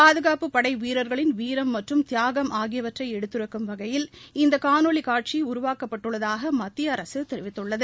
பாதுகாப்பு படை வீரர்களின் வீரம் மற்றும் தியாகம் ஆகியவற்றை எடுத்துரைக்கும் வகையில் இந்த காணொலி உருவாக்கப்பட்டுள்ளதாக மத்திய அரசு தெரிவித்துள்ளது